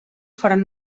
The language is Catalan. foren